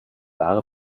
wahre